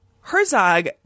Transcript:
Herzog